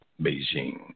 Beijing